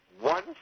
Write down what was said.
one